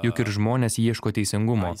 juk ir žmonės ieško teisingumo